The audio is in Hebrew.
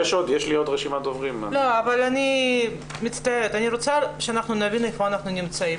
אני מצטערת, אני רוצה שנבין איפה אנחנו נמצאים.